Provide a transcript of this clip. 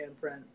handprint